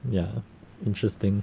ya interesting